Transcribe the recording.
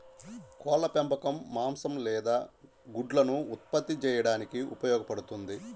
కోళ్ల పెంపకం మాంసం లేదా గుడ్లను ఉత్పత్తి చేయడానికి ఉపయోగపడుతుంది